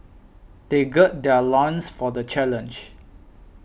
they gird their loins for the challenge